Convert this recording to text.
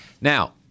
Now